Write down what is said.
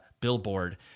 billboard